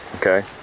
Okay